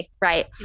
right